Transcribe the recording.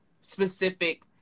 specific